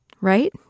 Right